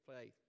faith